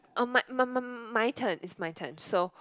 uh my m~ m~ m~ my turn it's my turn so